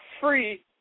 free